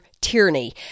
tyranny